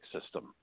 system